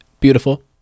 Beautiful